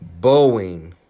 Boeing